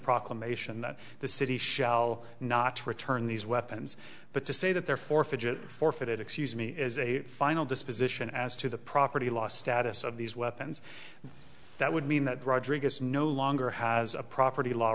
proclamation that the city shall not return these weapons but to say that there forfeited forfeited excuse me as a final disposition as to the property loss status of these weapons that would mean that rodriguez no longer has a property law